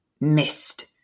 Missed